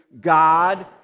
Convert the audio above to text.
God